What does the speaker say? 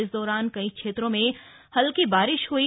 इस दौरान कई क्षेत्रों में हल्की बारिश हुई